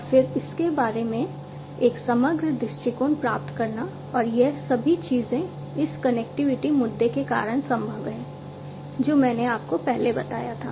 और फिर इसके बारे में एक समग्र दृष्टिकोण प्राप्त करना और यह सभी चीजें इस कनेक्टिविटी मुद्दे के कारण संभव है जो मैंने आपको पहले बताया था